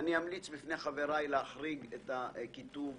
אמליץ בפני חבריי להחריג את הכיתוב